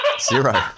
zero